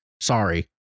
sorry